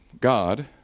God